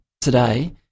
today